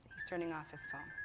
he's turning off his phone